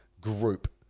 group